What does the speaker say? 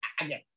Again